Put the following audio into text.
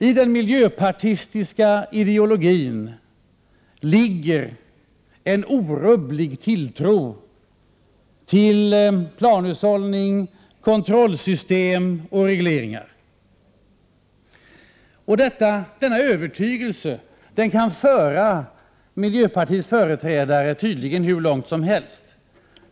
I den miljöpartistiska ideologin ligger en orubblig tilltro till planhushållning, kontrollsystem och regleringar. Denna övertygelse kan föra miljöpartiets företrädare tydligen hur långt som helst.